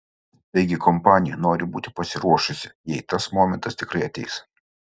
taigi kompanija nori būti pasiruošusi jei tas momentas tikrai ateis